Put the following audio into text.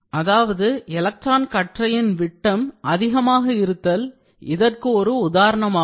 அதாவது எலக்ட்ரான் கற்றையின் விட்டம் அதிகமாக இருத்தல் இதற்கு ஒரு உதாரணமாகும்